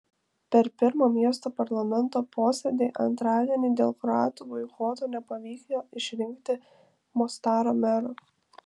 per pirmą miesto parlamento posėdį antradienį dėl kroatų boikoto nepavyko išrinkti mostaro mero